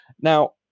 Now